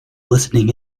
listening